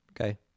Okay